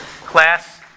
class